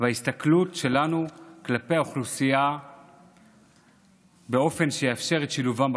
וההסתכלות שלנו על האוכלוסייה באופן שיאפשר את שילובם בחברה.